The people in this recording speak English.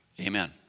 amen